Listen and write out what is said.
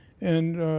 and